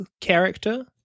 character